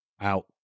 Out